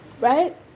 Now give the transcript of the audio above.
right